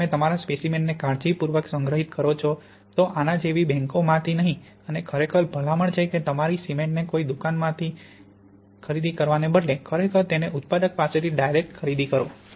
જો તમે તમારા સ્પેસીમેનને કાળજીપૂર્વક સંગ્રહિત કરો છો તો આના જેવી બેન્કોમાં માથી નહીં અને ખરેખર ભલામણ છે તમારી સીમેન્ટને કોઈ દુકાનમાં થી ખરીદી કરવાના બદલે ખરેખર તેને ઉત્પાદક પાસેથી ડાયરેક્ટ ખરીદી કરો